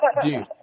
dude